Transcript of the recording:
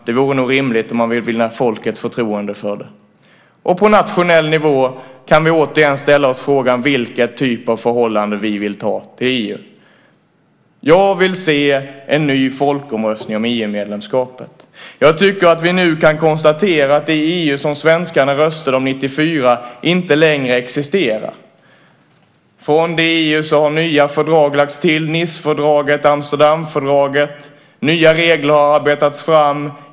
Det vore nog rimligt om man vill vinna folkets förtroende för det. På nationell nivå kan vi återigen ställa oss frågan vilken typ av förhållande vi vill ha till EU. Jag vill se en ny folkomröstning om EU-medlemskapet. Jag tycker att vi nu kan konstatera att det EU som svenskarna röstade om 1994 inte längre existerar. Till detta EU har nya fördrag som Nicefördraget och Amsterdamfördraget lagts till. Nya regler har arbetats fram.